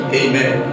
amen